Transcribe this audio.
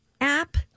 app